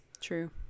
True